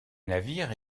navires